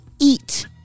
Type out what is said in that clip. eat